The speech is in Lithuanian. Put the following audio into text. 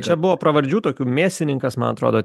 čia buvo pravardžių tokių mėsininkas man atrodo